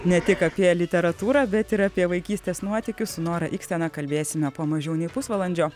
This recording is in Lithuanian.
ne tik apie literatūrą bet ir apie vaikystės nuotykius su nora ikstena kalbėsime po mažiau nei pusvalandžio